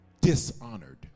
dishonored